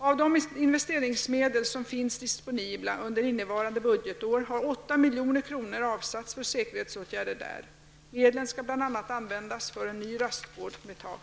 Av de investeringsmedel som finns disponibla under innevarande budgetår har 8 milj.kr. avsatts för säkerhetsåtgärder där. Medlen skall bl.a. användas för en ny rastgård med tak.